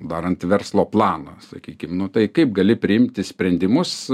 darant verslo planą sakykim nu tai kaip gali priimti sprendimus